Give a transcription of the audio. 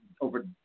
over